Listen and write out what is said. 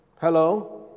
Hello